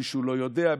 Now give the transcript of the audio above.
מישהו לא יודע,